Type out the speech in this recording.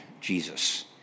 Jesus